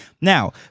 Now